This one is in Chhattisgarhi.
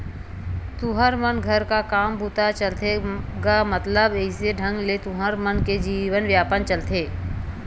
तुँहर मन घर का काम बूता चलथे गा मतलब कइसे ढंग ले तुँहर मन के जीवन यापन चलथे?